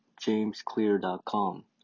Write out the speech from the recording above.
jamesclear.com